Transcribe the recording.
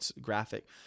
graphic